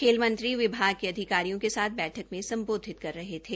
खेलमंत्री विभाग के अधिकारियों के साथ बैठक में सम्बोधित कर रहे थे